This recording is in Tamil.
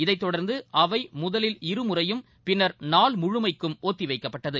இதைத் தொடர்ந்து அவை முதலில் இரு முறையும் பின்னர் நாள் முழுமைக்கும் ஒத்தி வைக்கப்பட்டது